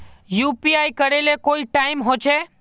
UPI करे ले कोई टाइम होचे?